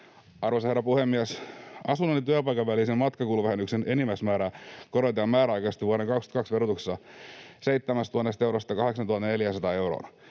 Arvoisa herra puhemies! Asunnon ja työpaikan välisen matkakuluvähennyksen enimmäismäärää korotetaan määräaikaisesti vuoden 22 verotuksessa 7 000 eurosta 8 400 euroon.